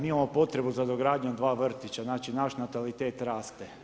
Mi imamo potrebu za dogradnjom dva vrtića, znači naš natalitet raste.